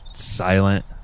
silent